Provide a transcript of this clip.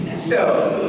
so,